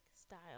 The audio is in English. style